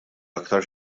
aktar